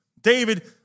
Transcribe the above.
David